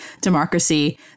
democracy